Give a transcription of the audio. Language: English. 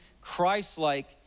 Christ-like